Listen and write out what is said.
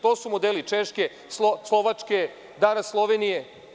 To su modeli Češke, Slovačke, danas Slovenije.